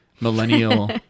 millennial